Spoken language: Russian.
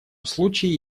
случае